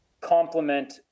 complement